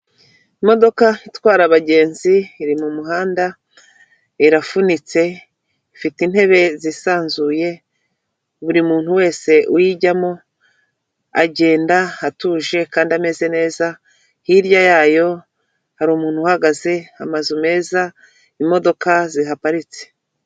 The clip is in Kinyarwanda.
Imodoka itwara abagenzi iri mu muhanda, irafunitse, ifite intebe zisanzuye, buri muntu wese uyijyamo, agenda atuje kandi ameze neza, hirya yayo hari umuntu uhagaze, amazu meza, imodoka zihaparitse.